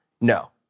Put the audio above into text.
No